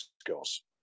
skills